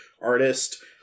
artist